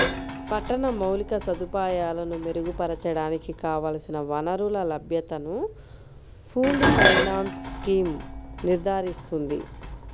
పట్టణ మౌలిక సదుపాయాలను మెరుగుపరచడానికి కావలసిన వనరుల లభ్యతను పూల్డ్ ఫైనాన్స్ స్కీమ్ నిర్ధారిస్తుంది